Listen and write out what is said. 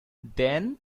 then